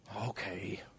Okay